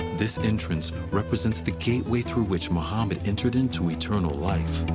this entrance represents the gateway through which muhammad entered into eternal life.